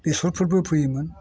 बेसरफोरबो फोयोमोन